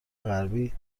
غربی